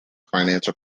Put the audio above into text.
financial